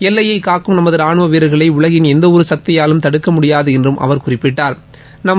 எல்லையை காக்கும் நமது ரானுவ வீரர்களை உலகின் எந்தவொரு சக்தியும் தடுக்க முடியாது என்றும் அவர் குறிப்பிட்டா்